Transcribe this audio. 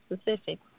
specific